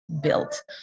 built